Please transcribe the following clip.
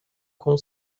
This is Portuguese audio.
com